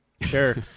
Sure